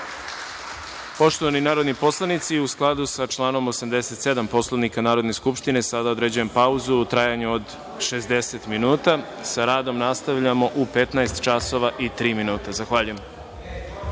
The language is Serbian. Gojković. Poštovani narodni poslanici, u skladu sa članom 87. Poslovnika Narodne skupštine, sada određujem pauzu u trajanju od 60 minuta. Sa radom nastavljamo u 15.03 časova. Zahvaljujem.(Posle